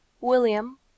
William